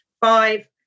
five